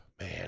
Man